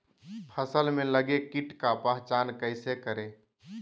फ़सल में लगे किट का पहचान कैसे करे?